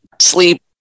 sleep